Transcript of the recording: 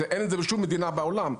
אין את זה בשום מדינה בעולם.